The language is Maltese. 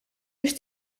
biex